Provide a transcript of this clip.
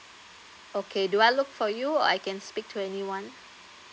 okay do I look for you or I can speak to anyone